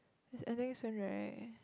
is ending soon right